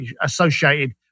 associated